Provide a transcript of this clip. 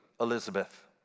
Elizabeth